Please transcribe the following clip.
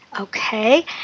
Okay